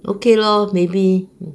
okay lor maybe